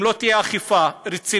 אם לא תהיה אכיפה רצינית,